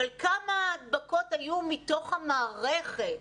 אבל כמה הדבקות היו מתוך המערכת?